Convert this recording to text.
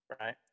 right